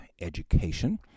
education